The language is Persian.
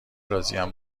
راضیم